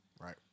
right